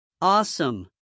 Awesome